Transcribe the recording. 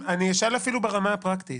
אני אשאל אפילו ברמה הפרקטית.